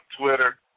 Twitter